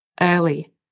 early